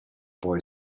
boy